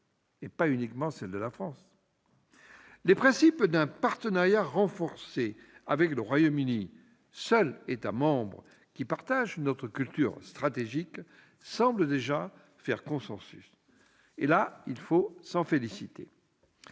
et pas uniquement celle de la France. Les principes d'un partenariat renforcé avec le Royaume-Uni, seul État membre qui, à l'instar de la France, dispose d'une culture stratégique, semblent déjà faire consensus. Il faut s'en féliciter.